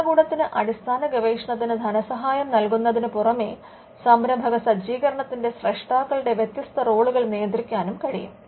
ഭരണകൂടത്തിന് അടിസ്ഥാന ഗവേഷണത്തിന് ധനസഹായം നൽകുന്നതിന് പുറമെ സംരംഭക സജ്ജീകരണത്തിന്റെ സ്രഷ്ടാക്കളുടെ വ്യത്യസ്ത റോളുകൾ നിയന്ത്രിക്കാനും കഴിയും